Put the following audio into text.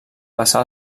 passà